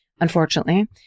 unfortunately